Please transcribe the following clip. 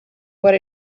what